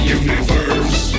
universe